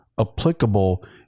applicable